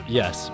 yes